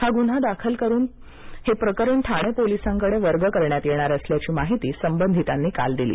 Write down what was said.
हा गुन्हा दाखल करून प्रकरण ठाणे पोलिसांकडे वर्ग करण्यात येणार असल्याची माहिती संबंधितांनी काल दिली